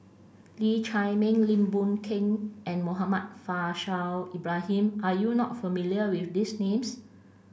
Lee Chiaw Meng Lim Boon Keng and Muhammad Faishal Ibrahim are you not familiar with these names